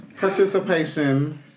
participation